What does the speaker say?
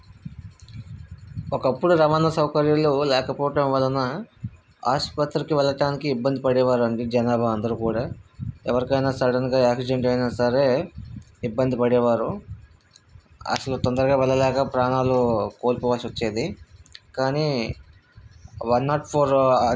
నేను ఇప్పుడు నా రెండో ప్రోడక్ట్ అయిన అదే కత్తి గురించి ఒక నెగెటివ్ ఎక్స్పీరియన్స్ చెప్పాలి అనుకుంటున్నాను నేను ఆన్లైన్లో చూసి ఒక కత్తిని ఆర్డర్ చేశాను వాళ్ళు చెప్పిన దాన్ని ప్రకారం ఆ కత్తి ఎంతో స్ట్రాంగ్గా ఉంటుందని షార్పుగా కూరగాయలు కట్ చేస్తుందని బాగా మండుతుంది అని అని చెప్పుకొచ్చారు